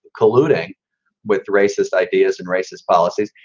colluding with racist ideas and racist policies.